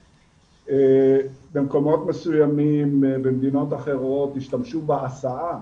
במקומות מסוימים במדינות אחרות השתמשו בהסעה,